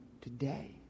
today